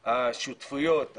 השותפויות,